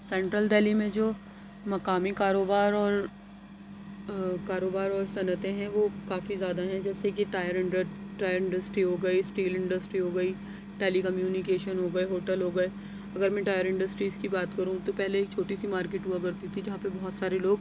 central Delhi میں جو مقامی کاروبار اور کاروبار اور صنعتیں ہیں وہ کافی زیادہ ہیں جیسے کہ ٹائر انڈر ٹائر انڈسٹری ہو گئی اسٹیل انڈسٹری ہو گئی ٹیلی کمیونیکیشن ہو گئے ہوٹل ہو گئے اگر میں ٹائر انڈسٹریز کی بات کروں تو پہلے ایک چھوٹی سی مارکیٹ ہُوا کرتی تھی جہاں پر بہت سارے لوگ